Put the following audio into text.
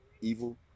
evil